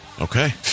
Okay